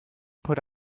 put